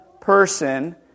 person